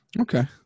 Okay